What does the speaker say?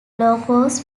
logos